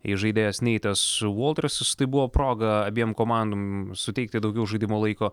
įžaidėjas neitas voltresas tai buvo proga abiem komandom suteikti daugiau žaidimo laiko